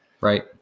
Right